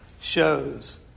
shows